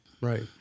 Right